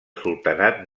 sultanat